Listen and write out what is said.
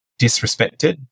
disrespected